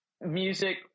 music